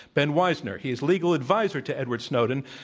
ben wizner. he is legal adviser to edward snowden,